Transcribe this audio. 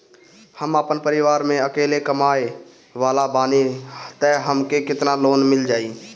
हम आपन परिवार म अकेले कमाए वाला बानीं त हमके केतना लोन मिल जाई?